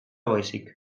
baizik